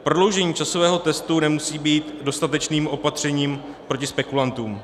Prodloužení časového testu nemusí být dostatečným opatřením proti spekulantům.